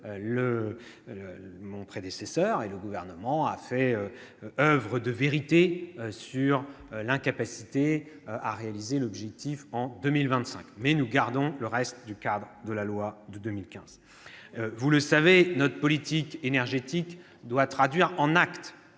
mon prédécesseur et le Gouvernement ont fait oeuvre de vérité sur l'incapacité à réaliser l'objectif en 2025. En revanche, nous gardons le reste du cadre de la loi de 2015. Vous le savez, notre politique énergétique doit traduire en actes,